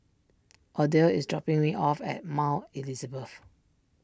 Odell is dropping me off at Mount Elizabeth